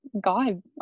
God